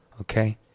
Okay